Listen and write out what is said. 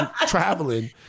traveling